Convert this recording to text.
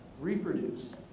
Reproduce